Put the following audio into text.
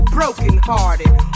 Brokenhearted